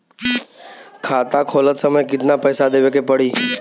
खाता खोलत समय कितना पैसा देवे के पड़ी?